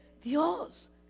Dios